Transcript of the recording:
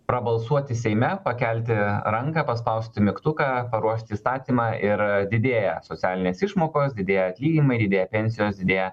prabalsuoti seime pakelti ranką paspausti mygtuką paruošt įstatymą ir didėja socialinės išmokos didėja atlyginimai didėja pensijos didėja